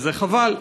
וזה חבל,